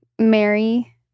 Mary